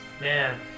Man